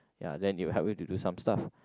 ya then they will help you to do some stuff